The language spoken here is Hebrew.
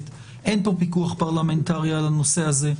אין פה פיקוח פרלמנטרי על הנושא הזה.